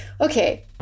Okay